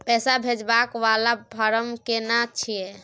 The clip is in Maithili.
पैसा भेजबाक वाला फारम केना छिए?